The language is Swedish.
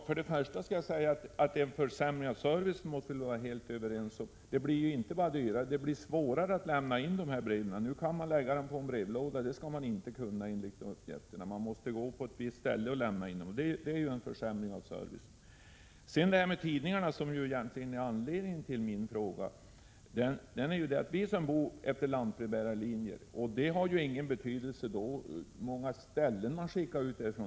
Fru talman! Först och främst måste vi vara helt överens om att detta är en försämring av servicen. Det blir ju inte bara dyrare utan också svårare att lämna in dessa brev. Nu kan man lägga breven i en brevlåda, men det kommer man inte att kunna sedan, utan man måste lämna dem på ett särskilt ställe, och det innebär ju en försämring av servicen. Därefter vill jag ta upp tidningarna, som egentligen är anledningen till min fråga. För oss som bor utefter lantbrevbärarlinjer har det ingen betydelse från hur många ställen posten kommer.